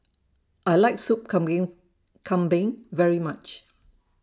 I like Sup Kambing very much